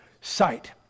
sight